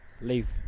leave